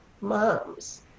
moms